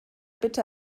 bitte